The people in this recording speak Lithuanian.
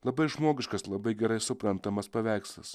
labai žmogiškas labai gerai suprantamas paveikslas